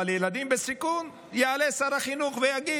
אבל על ילדים בסיכון יעלה שר החינוך ויגיד: